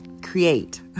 Create